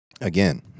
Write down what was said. Again